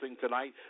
tonight